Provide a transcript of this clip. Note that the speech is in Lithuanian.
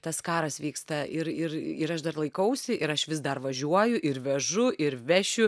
tas karas vyksta ir ir ir aš dar laikausi ir aš vis dar važiuoju ir vežu ir vešiu